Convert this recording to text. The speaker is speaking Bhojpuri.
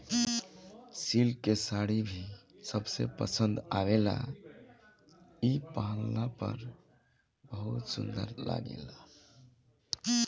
सिल्क के साड़ी भी सबके पसंद आवेला इ पहिनला पर बहुत सुंदर लागेला